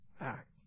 act